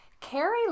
Carrie